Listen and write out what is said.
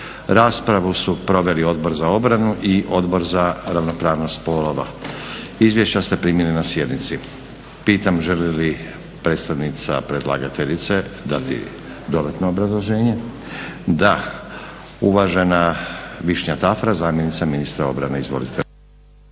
Raspravu su proveli Odbor za obranu i Odbor za ravnopravnost spolova. Izvješća ste primili na sjednici. Pitam želi li predstavnica predlagateljice dati dodatno obrazloženje? Da. Uvažena Višnja Tafra, zamjenica ministra obrane. Izvolite.